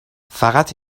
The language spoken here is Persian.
فقط